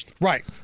Right